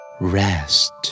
Rest